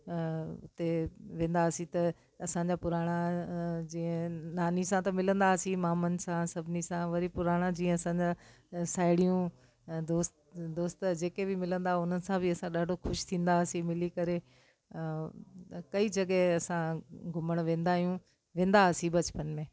हुते वेंदा हुआसीं त असांजा पुराणा जीअं नानी सां त मिलंदा हुआसीं मामान सभिनी सां वरी पुराणा जीअं असांजा साहेड़ियूं दोस्त दोस्त जेके बि मिलंदा हुननि सां बि असां ॾाढो ख़ुशि थींदा हुआसीं मिली करे कई जॻह असां घुमण वेंदा आहियूं वेंदा हुआसीं बचपन में